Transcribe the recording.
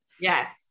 Yes